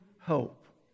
hope